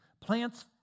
Plants